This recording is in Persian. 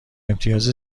امتیاز